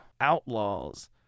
outlaws